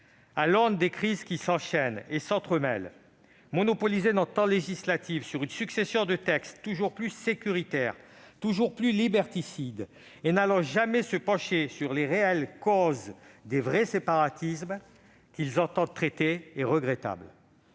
À l'aune des crises qui s'enchaînent et s'entremêlent, monopoliser notre temps législatif avec une succession de textes toujours plus sécuritaires, toujours plus liberticides et ne se penchant jamais sur les réelles causes des vrais séparatismes qu'ils entendent traiter est regrettable.